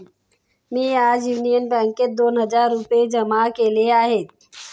मी आज युनियन बँकेत दोन हजार रुपये जमा केले आहेत